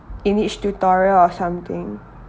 in each tutorial or something